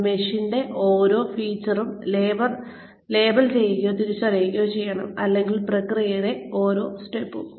ഇത് മെഷീന്റെ ഓരോ ഫീച്ചറും ലേബൽ ചെയ്യുകയോ തിരിച്ചറിയുകയോ ചെയ്യണം അല്ലെങ്കിൽ പ്രക്രിയയിലെ ഓരോ സ്റ്റെപ്പും